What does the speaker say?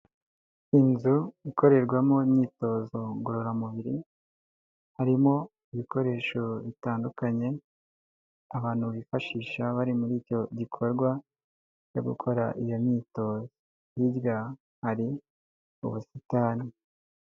Inzu ikorerwamo imyitozo ngororamubiri harimo ibikoresho bitandukanye, abantu bifashisha bari muri icyo gikorwa cyo gukora iyo myitozo hirya hari ubusitani.